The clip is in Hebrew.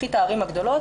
קחי את הערים הגדולות,